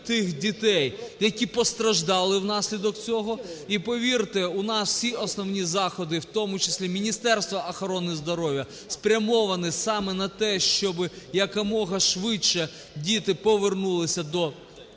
тих дітей, які постраждали внаслідок цього. І повірте, у нас всі основні заходи, в тому числі Міністерства охорони здоров'я спрямовані саме на те, щоби якомога швидше діти повернулися до